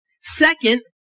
Second